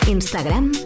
Instagram